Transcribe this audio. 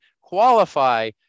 qualify